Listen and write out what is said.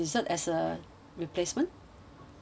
replacement